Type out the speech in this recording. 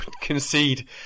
concede